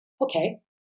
Okay